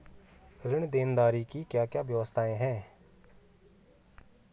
ऋण देनदारी की क्या क्या व्यवस्थाएँ हैं?